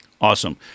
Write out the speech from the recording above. Awesome